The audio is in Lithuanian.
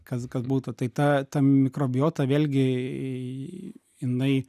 kas kad būtų tai ta ta mikrobiota vėlgi jinai